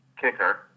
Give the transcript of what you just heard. kicker